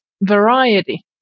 variety